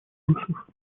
ресурсов